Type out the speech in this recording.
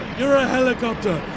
you're a helicopter.